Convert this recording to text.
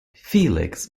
felix